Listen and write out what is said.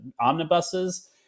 omnibuses